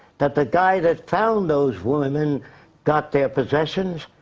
that the guy that found those women got their possessions?